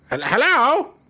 Hello